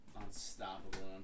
Unstoppable